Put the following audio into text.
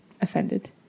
offended